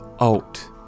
out